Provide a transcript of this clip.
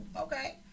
okay